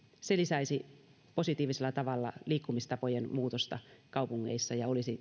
se lisäisi positiivisella tavalla liikkumistapojen muutosta kaupungeissa ja olisi